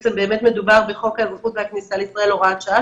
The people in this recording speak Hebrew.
בעצם באמת מדובר בחוק האזרחות והכניסה לישראל (הוראת שעה),